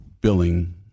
billing –